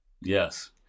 Yes